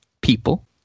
people